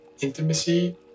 Intimacy